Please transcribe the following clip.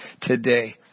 today